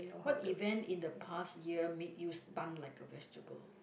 what event in the past year made you stunned like a vegetable